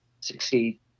succeed